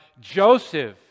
Joseph